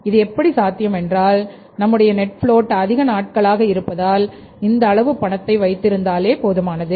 இது எப்படி சாத்தியம் என்றால் நம்முடைய நெட்ஃப்லோட் அதிக நாட்களாக இருப்பதால் இந்த அளவு பணத்தை வைத்து இருந்தாலே போதுமானது